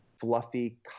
fluffy